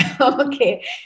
Okay